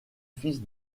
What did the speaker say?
fils